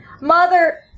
Mother